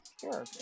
Sure